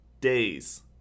days